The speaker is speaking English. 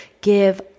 give